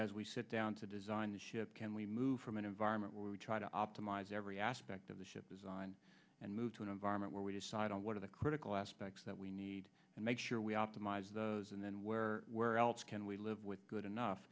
as we sit down to design ship can we move from an environment where we try to optimize every aspect of the ship design and move to an environment where we decide on what are the critical aspects that we need to make sure we optimize those and then where where else can we live with good enough